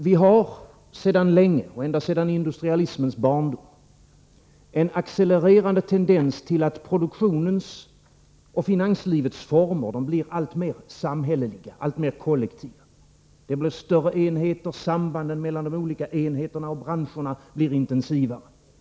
Vi har sedan länge — ända sedan industrialismens barndom — en accelererande tendens till att produktionens och finanslivets former blir alltmer samhälleliga, alltmer kollektiva. Det blir större enheter, sambandet mellan de olika enheterna och branscherna blir intensivare.